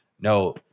no